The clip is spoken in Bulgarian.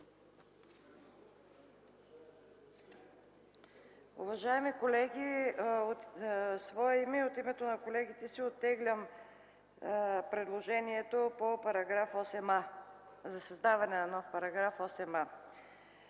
Уважаеми колеги, от свое име и от името на колегите си оттеглям предложението за създаване на нов § 8а.